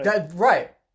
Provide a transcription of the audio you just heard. Right